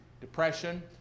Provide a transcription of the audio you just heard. depression